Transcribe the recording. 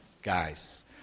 Guys